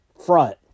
Front